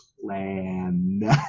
Plan